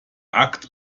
akt